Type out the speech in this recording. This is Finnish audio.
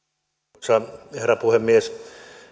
arvoisa herra puhemies